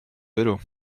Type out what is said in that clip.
vélo